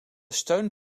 steun